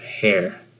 hair